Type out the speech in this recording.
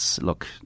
Look